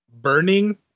Burning